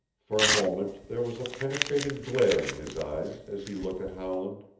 for a moment there was a penetrating glare in his eyes as he looked at howland.